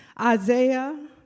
Isaiah